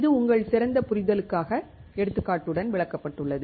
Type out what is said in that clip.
இது உங்கள் சிறந்த புரிதலுக்காக எடுத்துக்காட்டுடன் விளக்கப்பட்டுள்ளது